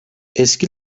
eski